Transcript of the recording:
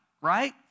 right